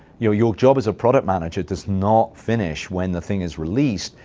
your your job as a product manager does not finish when the thing is released.